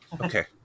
Okay